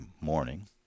morning